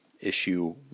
issue